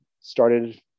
started